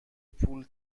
پول